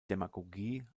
demagogie